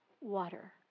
water